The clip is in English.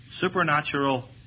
supernatural